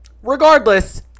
Regardless